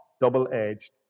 double-edged